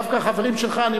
דווקא החברים שלך,